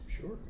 Sure